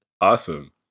Awesome